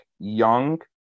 young